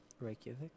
Reykjavik